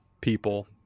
people